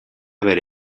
bere